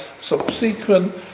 subsequent